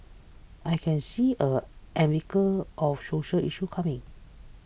I can see a avalanche of social issues coming